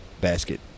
basket